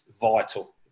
vital